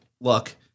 look